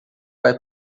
vai